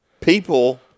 people